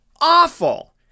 awful